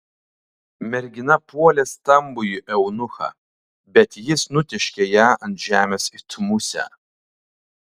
mergina puolė stambųjį eunuchą bet jis nutėškė ją ant žemės it musę